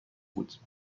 بود